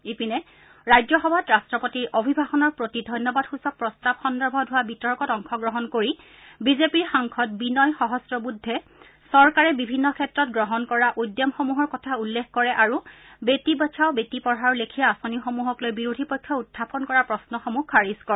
ইপিনে ৰাজ্যসভাত ৰাট্টপতিৰ অভিভাষণৰ প্ৰতি ধন্যবাদসূচক প্ৰস্তাৱ সন্দৰ্ভত হোৱা বিতৰ্কত অংশগ্ৰহণ কৰি বিজেপিৰ সাংসদ বিনয় সহস্ববুদ্ধে চৰকাৰে বিভিন্ন ক্ষেত্ৰত গ্ৰহণ কৰা উদ্যমসমূহৰ কথা উল্লেখ কৰে আৰু বেটী বচাও বেটী পঢ়াওৰ লেখীয়া আঁচনিসমূহক লৈ বিৰোধী পক্ষই উখাপন কৰা প্ৰণ্নসমূহ খাৰিজ কৰে